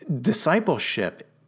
Discipleship